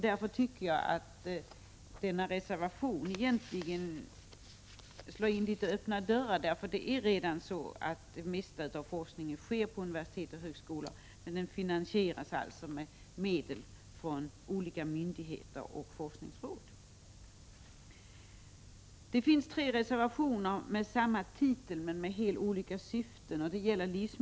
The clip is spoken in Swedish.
Denna reservation slår alltså egentligen in öppna dörrar, eftersom det mesta av forskningen redan sker på universitet och högskolor, även om den finansieras med medel från olika myndigheter och forskningsråd. De tre följande reservationerna har samma rubrik: Livsmedelsforskningens inriktning m.m.